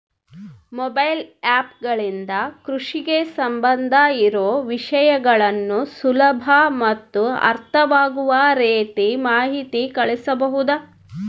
Mobile app ಗಳಿಂದ ಕೃಷಿಗೆ ಸಂಬಂಧ ಇರೊ ವಿಷಯಗಳನ್ನು ಸುಲಭ ಮತ್ತು ಅರ್ಥವಾಗುವ ರೇತಿ ಮಾಹಿತಿ ಕಳಿಸಬಹುದಾ?